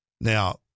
Now